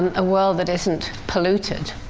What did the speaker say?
a world that isn't polluted.